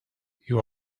you